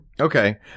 Okay